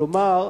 כלומר,